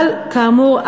אבל כאמור,